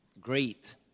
great